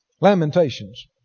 Lamentations